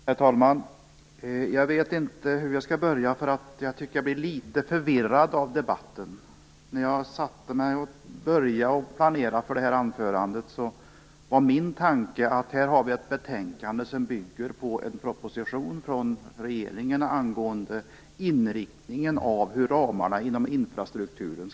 Herr talman! Jag vet inte hur jag skall börja, eftersom jag blir litet förvirrad av debatten. När jag började planera mitt anförande var min tanke att vi här har ett betänkande som bygger på en proposition från regeringen angående inriktningen för fördelningen av ramarna inom infrastrukturen.